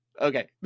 okay